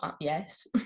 Yes